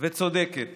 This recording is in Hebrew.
וצודקת